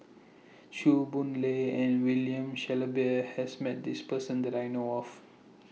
Chew Boon Lay and William Shellabear has Met This Person that I know of